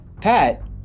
Pat